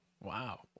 Wow